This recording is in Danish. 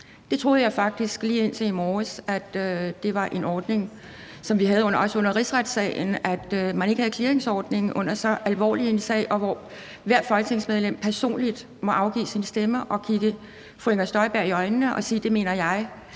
Jeg troede faktisk lige indtil i morges, at det var sådan – sådan som det også var under rigsretssagen – at man ikke havde clearingsordningen i en så alvorlig sag, hvor hvert folketingsmedlem personligt må afgive sin stemme og kigge fru Inger Støjberg i øjnene og sige, at det mener man,